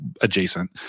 adjacent